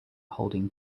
holding